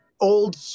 old